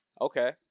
Okay